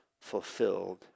fulfilled